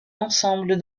ensemble